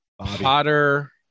Potter